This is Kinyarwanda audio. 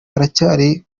haracyari